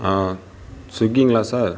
ஆ ஸ்விகிங்களா சார்